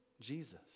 Jesus